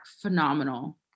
phenomenal